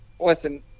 listen